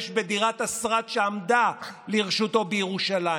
בדירת השרד שהועמדה לרשותו בירושלים.